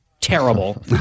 terrible